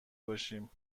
باشیم